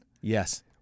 Yes